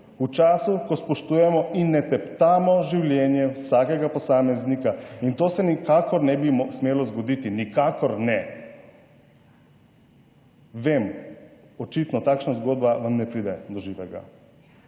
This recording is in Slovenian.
v času ko spoštujemo in ne teptamo življenja vsakega posameznika in to se nikakor ne bi smelo zgoditi, nikakor ne. Vem, očitno takšna zgodba vam ne pride do živega.